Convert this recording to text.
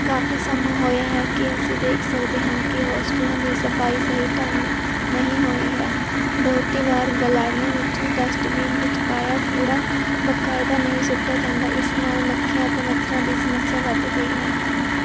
ਕਾਫੀ ਸਮਾਂ ਹੋਇਆ ਹੈ ਕਿ ਅਸੀਂ ਦੇਖ ਸਕਦੇ ਹਾਂ ਕਿ ਹੋਸਟਲਾਂ ਦੀ ਸਫ਼ਾਈ ਸਹੀ ਢੰਗ ਨਹੀਂ ਹੋਈ ਹੈ ਬਹੁਤੀ ਵਾਰ ਗਲਿਆਰਿਆਂ ਵਿੱਚ ਡਸਟਬਿਨ ਵਿੱਚ ਪਾਇਆ ਕੂੜਾ ਬਾਕਾਇਦਾ ਨਹੀਂ ਸੁੱਟਿਆ ਜਾਂਦਾ ਇਸ ਨਾਲ ਮੱਖੀਆਂ ਅਤੇ ਮੱਛਰਾਂ ਦੀ ਸਮੱਸਿਆ ਵੱਧ ਗਈ ਹੈ